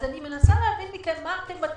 אני מנסה להבין מכם,